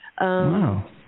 Wow